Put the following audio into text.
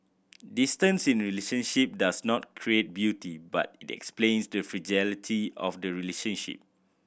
distance in a relationship does not create beauty but it explains the fragility of the relationship